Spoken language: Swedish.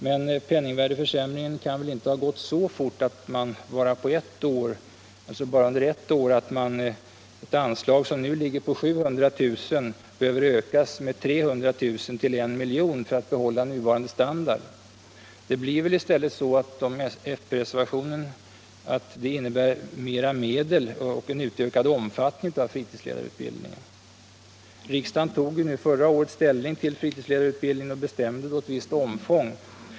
Men penningvärdeförsämringen kan väl inte ha gått så fort bara under ett år att ett anslag som nu ligger på 700 000 kr. behöver ökas med 300 000 kr. till I milj.kr. för att behålla nuvarande standard på utbildningen. Det innebär väl i stället, om fp-reservationen vinner gehör, mer medel och en utökad omfattning av fritidsledarutbildningen. Riksdagen tog förra året ställning till fritidsledarutbildningen och fastställde då ett visst omfång av denna.